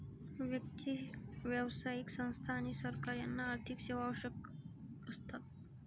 व्यक्ती, व्यावसायिक संस्था आणि सरकार यांना आर्थिक सेवा आवश्यक असतात